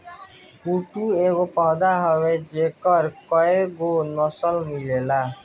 कुटू एगो पौधा ह जेकर कएगो नसल मिलेला